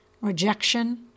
rejection